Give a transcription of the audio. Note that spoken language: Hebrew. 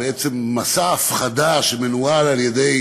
בעצם מסע הפחדה שמנוהל על-ידי